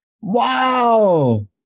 Wow